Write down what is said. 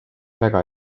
väga